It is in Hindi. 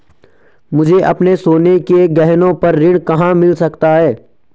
मुझे अपने सोने के गहनों पर ऋण कहाँ मिल सकता है?